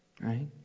Right